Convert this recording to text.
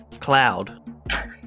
cloud